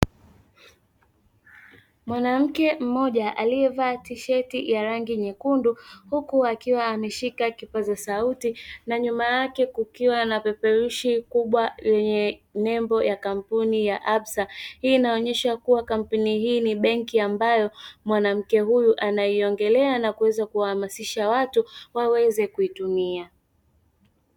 Mwanamke mmoja aliyevaa tisheti ya rangi nyekundu huku akiwa ameshika kipaza sauti na nyuma yake kukiwa na peperushi kubwa yenye nembo ya kampuni ya "ABSA" hii, inaonyesha kuwa kampuni hii ni benki ambayo mwanamke huyu anaiongelea na kuweza kuhamasisha watu waweze kuitumia.